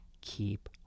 keep